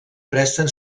presten